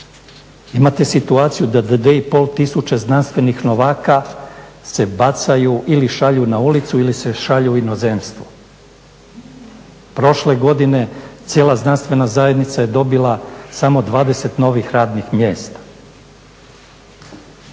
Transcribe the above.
Imate situaciju da do 2,5 tisuća znanstvenih novaka se bacaju ili šalju na ulicu ili se šalju u inozemstvo. Prošle godine cijela znanstvena zajednica je dobila samo 20 novih radnih mjesta.